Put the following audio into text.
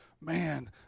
man